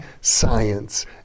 Science